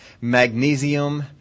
magnesium